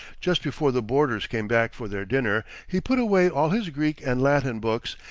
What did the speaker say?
just before the boarders came back for their dinner, he put away all his greek and latin books,